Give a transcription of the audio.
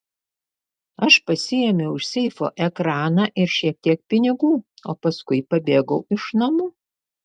aš pasiėmiau iš seifo ekraną ir šiek tiek pinigų o paskui pabėgau iš namų